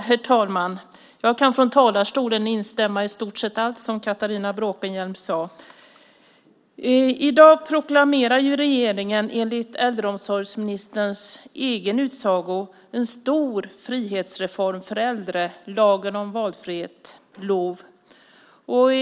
Herr talman! Jag kan från talarstolen i princip instämma i allt som Catharina Bråkenhielm sade. I dag proklamerar ju regeringen enligt äldreomsorgsministerns egen utsago en stor frihetsreform för äldre, lagen om valfrihet, LOV.